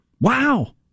Wow